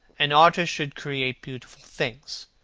an artist should create beautiful things,